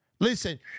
Listen